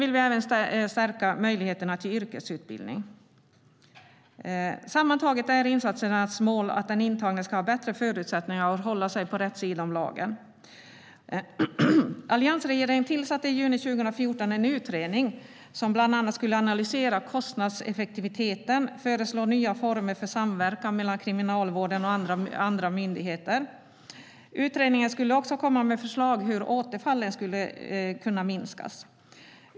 Vi vill även stärka möjligheterna till yrkesutbildning. Sammantaget är målet med insatserna att den intagne ska få bättre förutsättningar att hålla sig på rätt sida om lagen. Alliansregeringen tillsatte i juni 2014 en utredning som bland annat skulle analysera kostnadseffektiviteten och föreslå nya former för samverkan mellan Kriminalvården och andra myndigheter. Utredningen skulle också lägga fram förslag om hur återfallen ska minskas.